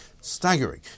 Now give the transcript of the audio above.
staggering